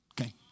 Okay